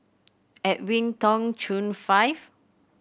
Edwin Tong Chun Fai